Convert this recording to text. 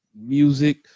music